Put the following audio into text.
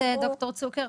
ד"ר צוקר,